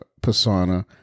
persona